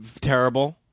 terrible